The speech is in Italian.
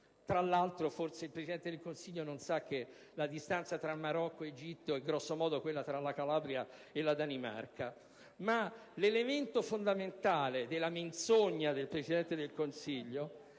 Tra l'altro, forse il Presidente del Consiglio non sa che la distanza tra il Marocco e l'Egitto è grosso modo quella tra la Calabria e la Danimarca. Ma l'elemento fondamentale della menzogna del Presidente del Consiglio